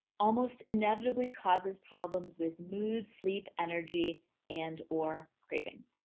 almost inevitably causes problems with mood sleep, energy and or cravings.